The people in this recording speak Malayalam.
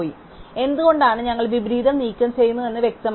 അതിനാൽ എന്തുകൊണ്ടാണ് ഞങ്ങൾ വിപരീതം നീക്കംചെയ്യുന്നത് എന്നത് വ്യക്തമാണ്